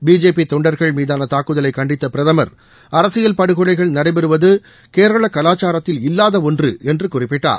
BJP தொண்டர்கள் மீதான தாக்குதலை கண்டித்த பிரதமர் அரசியல் படுகொலைகள் நடைபெறுவது கேரள கலாச்சாரத்தில் இல்லாத ஒன்று என்று குறிப்பிட்டார்